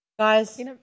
Guys